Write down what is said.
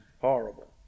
horrible